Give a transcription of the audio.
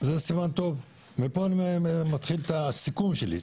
זה סימן טוב ופה אני מתחיל את הסיכום שלי.